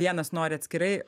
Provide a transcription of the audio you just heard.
vienas nori atskirai